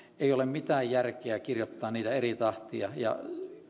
ei ole mitään järkeä kirjoittaa niitä eri tahtia ja